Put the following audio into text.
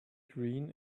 green